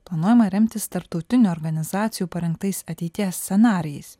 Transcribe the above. panuojama remtis tarptautinių organizacijų parengtais ateities scenarijais